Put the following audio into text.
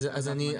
בסדר.